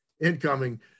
incoming